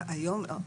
היום לא.